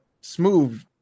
smooth